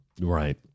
Right